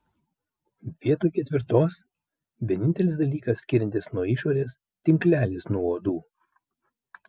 vietoj ketvirtos vienintelis dalykas skiriantis nuo išorės tinklelis nuo uodų